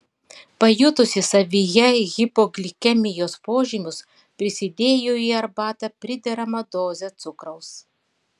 pajutusi savyje hipoglikemijos požymius prisidėjo į arbatą prideramą dozę cukraus